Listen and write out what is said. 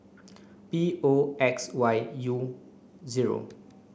P O X Y U zero